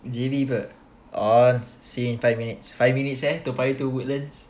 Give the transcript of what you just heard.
pergi J_B pe ons see you in five minutes five minutes eh toa payoh to woodlands